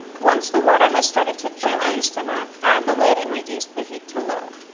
once the water has started to gently simmer, add the lid and reduce the heat to low.